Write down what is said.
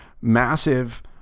massive